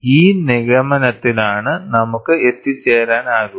ഈ നിഗമനത്തിലാണ് നമുക്ക് എത്തിച്ചേരാനാകുക